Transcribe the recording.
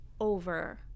over